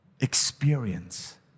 experience